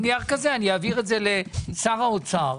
אעביר את זה לשר האוצר.